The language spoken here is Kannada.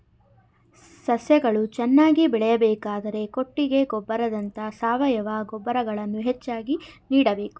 ಸಸ್ಯಗಳು ಚೆನ್ನಾಗಿ ಬೆಳೆಯಬೇಕಾದರೆ ಕೊಟ್ಟಿಗೆ ಗೊಬ್ಬರದಂತ ಸಾವಯವ ಗೊಬ್ಬರಗಳನ್ನು ಹೆಚ್ಚಾಗಿ ನೀಡಬೇಕು